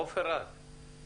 עופר רז, בבקשה.